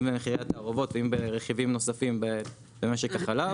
אם במחירי התערובות ואם ברכיבים נוספים במשק החלב,